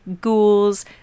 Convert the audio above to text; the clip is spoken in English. ghouls